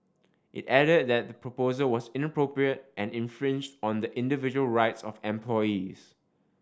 it added that the proposal was inappropriate and infringed on the individual rights of employees